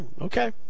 Okay